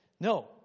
No